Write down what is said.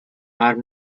are